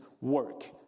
work